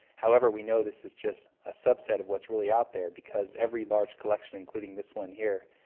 however, we know this is just a subset of what's really out there because every large collection, including this one here,